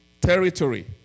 territory